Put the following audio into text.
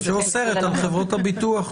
שאוסרת על חברות הביטוח.